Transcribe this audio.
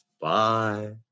Bye